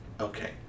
Okay